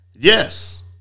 yes